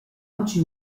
oggi